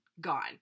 gone